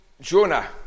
Jonah